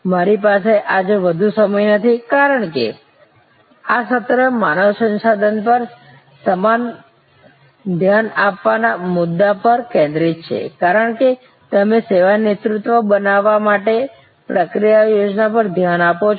મારી પાસે આજે વધુ સમય નથી કારણ કે આ સત્ર માનવ સંસાધન પર સમાન ધ્યાન આપવાના મુદ્દા પર કેન્દ્રિત છે કારણ કે તમે સેવા નેતૃત્વ બનાવવા માટે પ્રક્રિયા યોજના પર ધ્યાન આપો છો